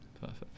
Perfect